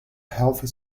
healthy